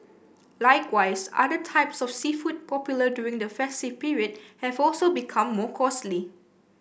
likewise other types of seafood popular during the festive period have also become more costly